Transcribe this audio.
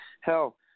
Hell